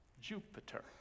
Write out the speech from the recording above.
Jupiter